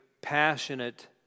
passionate